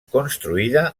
construïda